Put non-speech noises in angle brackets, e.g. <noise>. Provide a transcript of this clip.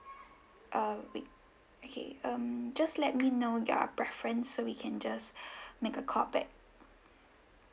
err wait okay um just let me know your preference so we can just <breath> make a call back